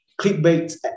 clickbait